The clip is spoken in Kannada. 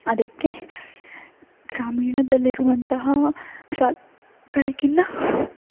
ಅದಕ್ಕೆ ಗ್ರಾಮೀಣದಲ್ಲಿರುವಂತಹ ಶಾಗಳಿಗಿಂತ